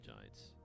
Giants